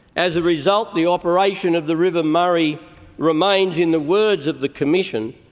as a result, the operation of the river murray remains, in the words of the commission,